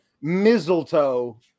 mistletoe